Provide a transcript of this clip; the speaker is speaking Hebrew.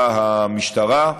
שעושה המשטרה,